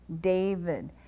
David